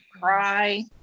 cry